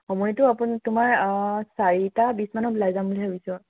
সময়টো আপোনা তোমাৰ মই চাৰিটা বিশ মানত ওলাই যাম বুলি ভাবিছোঁ আৰু